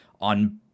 on